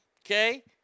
okay